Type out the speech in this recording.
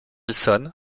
nelson